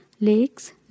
lakes